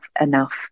enough